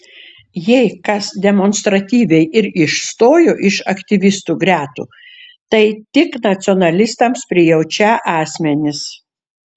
jei kas demonstratyviai ir išstojo iš aktyvistų gretų tai tik nacionalistams prijaučią asmenys